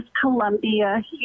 columbia